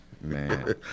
Man